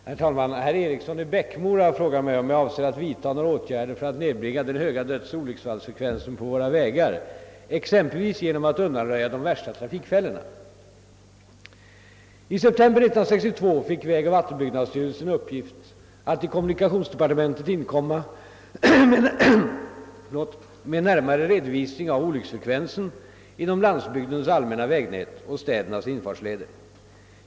Herr talman! Herr Eriksson i Bäckmora har frågat mig, om jag avser att vidtaga några åtgärder för att nedbringa den höga dödsoch olycksfallsfrekvensen på våra vägar, exempelvis genom att undanröja de värsta trafikfällorna. I september 1962 fick vägoch vattenbyggnadsstyrelsen i uppgift att till kommunikationsdepartementet inkomma med närmare redovisning av olycksfrekvensen inom landsbygdens allmänna vägnät och städernas infartsleder.